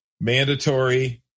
mandatory